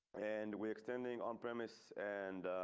and we extending on premise and